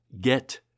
get